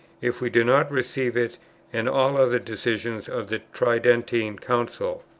if we do not receive it and all other decisions of the tridentine council.